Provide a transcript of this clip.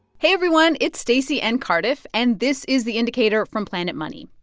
hey, everyone. it's stacey and cardiff. and this is the indicator from planet money.